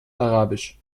arabisch